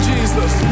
Jesus